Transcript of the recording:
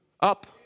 Up